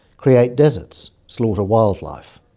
create deserts, slaughter wildlife.